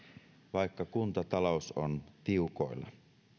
vaikka kuntatalous on tiukoilla